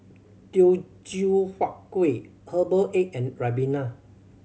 Teochew Huat Kueh herbal egg and ribena